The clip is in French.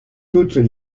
toutes